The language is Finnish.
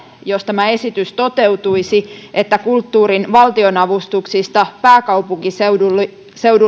jos tämä esitys toteutuisi että kulttuurin valtionavustuksista pääkaupunkiseudulle